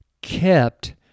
kept